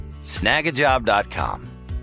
snagajob.com